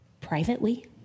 privately